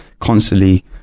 constantly